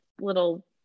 little